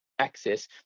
access